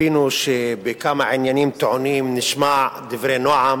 ציפינו שבכמה עניינים טעונים נשמע דברי נועם,